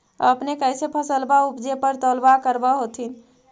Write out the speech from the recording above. अपने कैसे फसलबा उपजे पर तौलबा करबा होत्थिन?